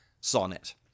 sonnet